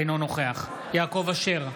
אינו נוכח יעקב אשר,